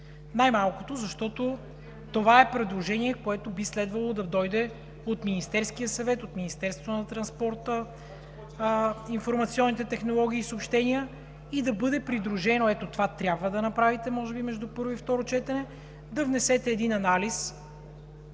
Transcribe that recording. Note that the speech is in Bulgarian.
Най-малкото, защото това е предложение, което би следвало да дойде от Министерския съвет, от Министерството на транспорта, информационните технологии и съобщения и да бъде придружено – ето това трябва да направите може би между първо и второ четене, да внесете един анализ,